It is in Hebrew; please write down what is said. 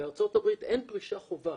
בארצות הברית אין פרישה חובה,